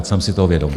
Jsem si toho vědom.